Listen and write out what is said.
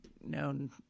known